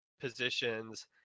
positions